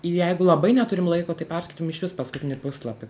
jeigu labai neturim laiko tai perskaitom išvis paskutinį puslapį